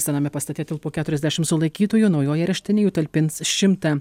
sename pastate tilpo keturiasdešim sulaikytųjų naujoji areštinė jų talpins šimtą